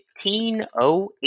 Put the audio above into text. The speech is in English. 1508